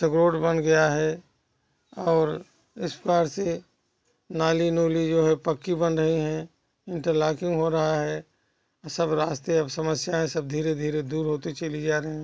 सब रोड बन गया है और इस पार से नाली नूली जो है पक्की बन रहीं हैं इंटरलाकिंग हो रहा है सब रास्ते अब समस्याएँ सब धीरे धीरे दूर होती चली जा रहीं हैं